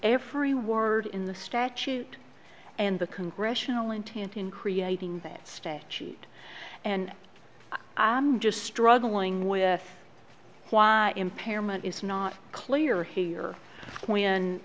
every word in the statute and the congressional intent in creating that statute and i'm just struggling with why impairment is not clear here when